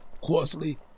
coarsely